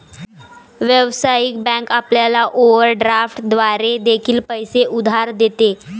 व्यावसायिक बँक आपल्याला ओव्हरड्राफ्ट द्वारे देखील पैसे उधार देते